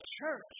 church